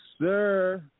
sir